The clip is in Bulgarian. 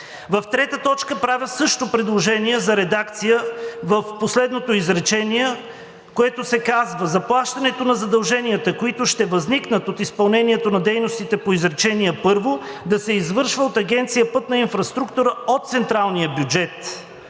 В трета точка също правя предложение за редакция в последното изречение, в което се казва: „Заплащането на задълженията, които ще възникнат от изпълнението на дейностите по изречение първо, да се извършва от Агенция „Пътна инфраструктура“ от централния бюджет,